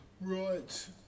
Right